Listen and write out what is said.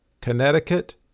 Connecticut